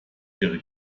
ihre